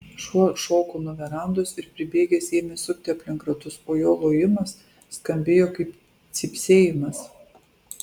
šuo šoko nuo verandos ir pribėgęs ėmė sukti aplink ratus o jo lojimas skambėjo kaip cypsėjimas